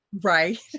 right